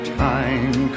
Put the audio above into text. time